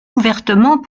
ouvertement